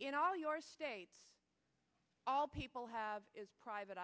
in all your states all people have is private